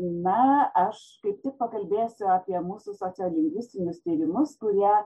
na aš kaip tik pakalbėsiu apie mūsų sociolingvistinius tyrimus kurie